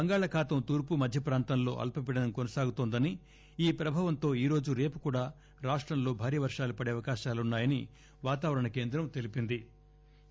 బంగాళాఖాతం తూర్పు మధ్య ప్రాంతాల్లో అల్పపీడనం కొనసాగుతోందని ఈ ప్రభావంతో ఈ రోజు రేపు కూడా రాష్ట్రంలో భారీ వర్షాలు పడే అవకాశాలున్నాయని వాతావరణ కేంద్రం తెలిపింది